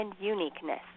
uniqueness